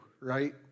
right